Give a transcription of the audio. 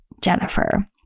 jennifer